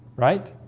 right